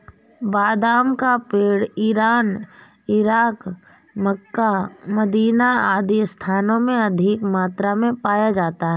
बादाम का पेड़ इरान, इराक, मक्का, मदीना आदि स्थानों में अधिक मात्रा में पाया जाता है